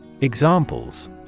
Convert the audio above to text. Examples